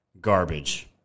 garbage